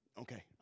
Okay